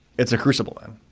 it's a crucible end.